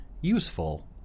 useful